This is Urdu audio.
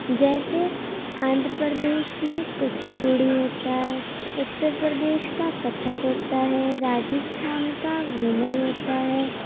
جیسے آندھر پردیش میں کچی پوڑی ہوتا ہے اترپردیش کا کتھک ہوتا ہے راجستھان کا گھومر ہوتا ہے